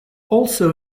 also